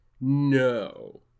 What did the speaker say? No